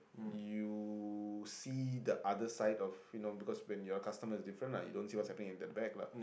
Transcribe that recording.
you see the other side of you know because when you're customer is different lah you don't see what's happening in the back lah